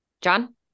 John